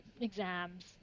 exams